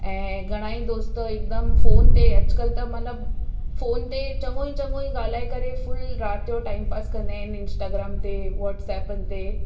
ऐं घणा ई दोस्त हिकदमि फ़ोन ते अॼुकल्ह त मतलबु फ़ोन ते चङो ई चङो ई ॻाल्हाए करे फ़ुल राति जो टाइम पास कंदा आहिनि इंस्टाग्राम ते व्हाट्सएपनि ते